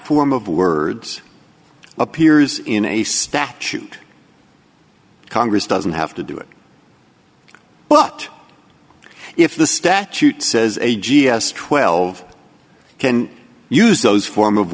form of words appears in a statute congress doesn't have to do it but if the statute says a g s twelve can use those form of